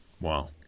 Wow